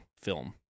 film